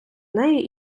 неї